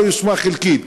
או יושמה חלקית.